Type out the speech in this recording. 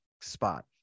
spot